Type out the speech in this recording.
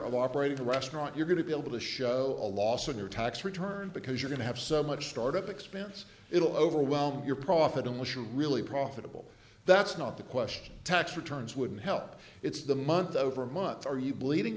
of operating the restaurant you're going to be able to show a loss on your tax return because you're going to have so much start up expense it will overwhelm your profit unless you really profitable that's not the question tax returns wouldn't help it's the month over month are you bleeding